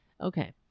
Okay